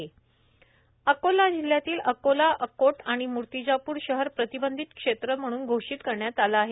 Vidarbha corona Akola जिल्ह्यातील अकोला अकोट आणि मूर्तिजापूर शहर प्रतिबंधित क्षेत्र घोषित करण्यात आले आहे